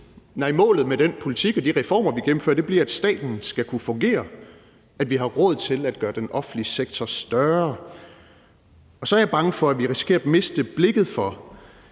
målet med den politik og de reformer, vi gennemfører, bliver, at staten skal kunne fungere, at vi har råd til at gøre den offentlige sektor større, og så er jeg bange for, at vi risikerer at miste blikket for,